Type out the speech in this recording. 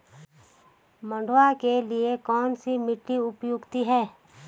मंडुवा के लिए कौन सी मिट्टी उपयुक्त है?